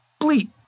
bleep